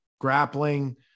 Grappling